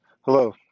Hello